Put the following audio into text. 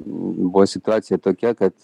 buvo situacija tokia kad